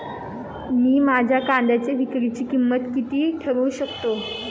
मी माझ्या कांद्यांच्या विक्रीची किंमत किती ठरवू शकतो?